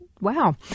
wow